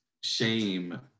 shame